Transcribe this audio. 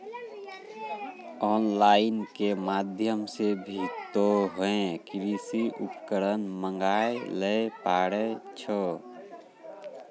on line के माध्यम से भी तोहों कृषि उपकरण मंगाय ल पारै छौ